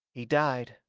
he died,